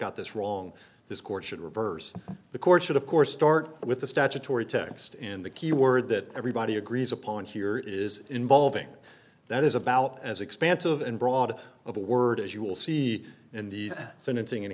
got this wrong this court should reverse the course should of course start with the statutory text and the key word that everybody agrees upon here is involving that is about as expansive and broad of the word as you will see in the sentencing an